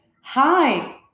Hi